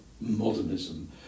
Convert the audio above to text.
modernism